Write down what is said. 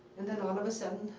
and then all of a sudden,